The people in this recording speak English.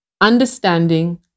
understanding